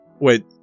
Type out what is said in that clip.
Wait